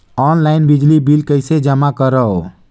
Online बिजली bill कइसे जमा करव?